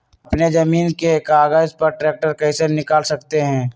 अपने जमीन के कागज पर ट्रैक्टर कैसे निकाल सकते है?